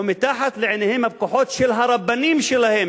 ומתחת לעיניהם הפקוחות של הרבנים שלהם,